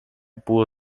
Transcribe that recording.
pudo